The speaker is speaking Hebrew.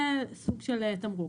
זה סוג של תמרוק.